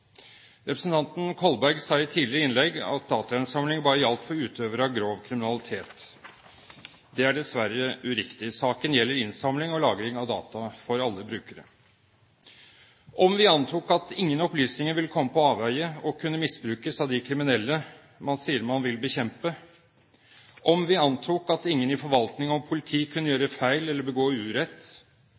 Representanten Kolberg sa i et tidligere innlegg at datainnsamling bare gjaldt for utøvere av grov kriminalitet. Det er dessverre uriktig. Saken gjelder innsamling og lagring av data for alle brukere. Om vi antok at ingen opplysninger ville komme på avveier og kunne misbrukes av de kriminelle man sier man vil bekjempe, om vi antok at ingen i forvaltning og politi kunne gjøre feil eller begå urett,